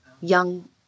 young